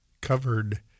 covered